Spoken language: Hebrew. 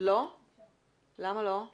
לאותה